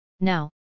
Now